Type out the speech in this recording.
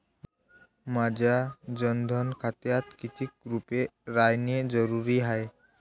माह्या जनधन खात्यात कितीक रूपे रायने जरुरी हाय?